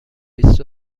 بیست